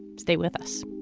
stay with us